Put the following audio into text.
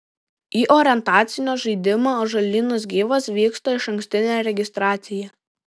į orientacinio žaidimą ąžuolynas gyvas vyksta išankstinė registracija